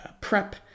prep